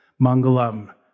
mangalam